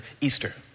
Easter